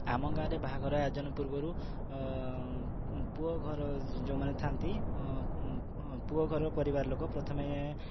ଆମ ଗାଁରେ ବାହାଘର ଆୟୋଜନ ପୂର୍ବରୁ ପୁଅ ଘର ଯେଉଁମାନେ ଥାଆନ୍ତି ପୁଅ ଘର ପରିବାର ଲୋକ ପ୍ରଥମେ